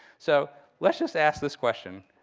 so let's just ask this question.